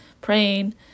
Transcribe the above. praying